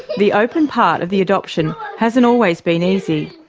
the open part of the adoption hasn't always been easy.